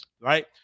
right